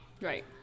Right